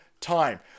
time